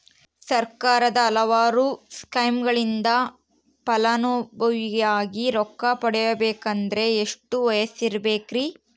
ಸರ್ಕಾರದ ಹಲವಾರು ಸ್ಕೇಮುಗಳಿಂದ ಫಲಾನುಭವಿಯಾಗಿ ರೊಕ್ಕ ಪಡಕೊಬೇಕಂದರೆ ಎಷ್ಟು ವಯಸ್ಸಿರಬೇಕ್ರಿ?